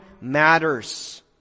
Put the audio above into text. matters